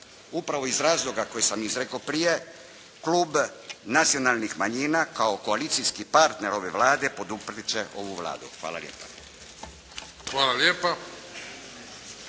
upravo iz razloga koji sam izrekao prije, klub Nacionalnih manjina kao koalicijski partner ove Vlade, poduprijet će ovu Vladu. Hvala lijepa.